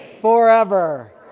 forever